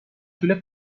طول